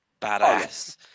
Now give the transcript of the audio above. badass